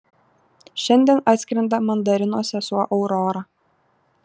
šiandien atskrenda mandarino sesuo aurora